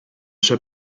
sue